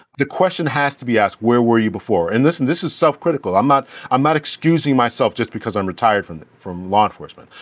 the question has to be asked, where were you before? and this and this is self-critical. i'm not i'm not excusing myself just because i'm retired from from law enforcement.